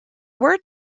word